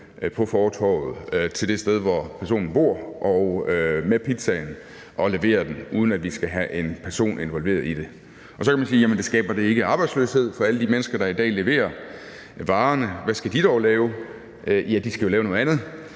på fortovet til det sted, hvor personen bor, med pizzaen og levere den, uden at de skal have en person involveret i det. Så kan man spørge: Skaber det ikke arbejdsløshed for alle de mennesker, der i dag leverer varerne? Hvad skal de dog lave? De skal jo lave noget andet.